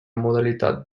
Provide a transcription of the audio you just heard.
modalitat